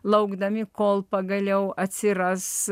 laukdami kol pagaliau atsiras